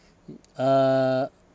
mm uh